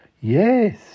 Yes